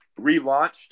relaunched